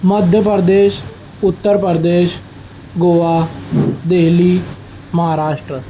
Madhya Pradesh Uttar Pradesh Goa Delhi Maharashtra